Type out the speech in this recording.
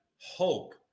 hope